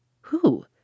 Who